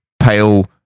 pale